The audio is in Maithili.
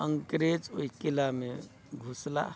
अंग्रेज ओहि किलामे घुसलाह